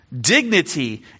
dignity